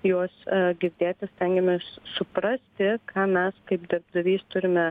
juos girdėti stengiamės suprasti ką mes kaip darbdavys turime